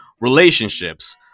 relationships